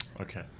Okay